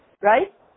Right